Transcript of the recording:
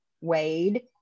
wade